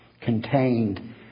contained